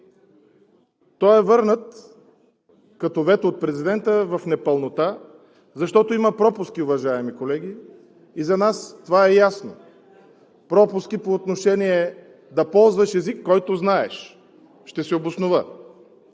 Той е върнат като вето от президента в непълнота, защото има пропуски, уважаеми колеги! За нас това е ясно – пропуски по отношение да ползваш език, който знаеш. Ще се обоснова